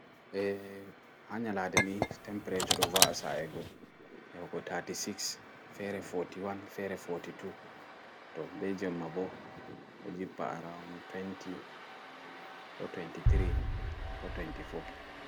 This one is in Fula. Eeh ha nyalaaɗe ni tempreture ɗo wa'a sa'I go yahugo thirty six fere forty one fere forty two fere ɓe jemma ɓo ɗo jimma twenty ko twenty three ko twenty four